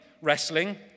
wrestling